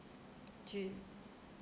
two